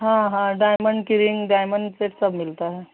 हाँ हाँ डायमंड की रिंग डायमंड से सब मिलता है